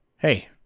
Hey